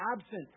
absent